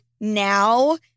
now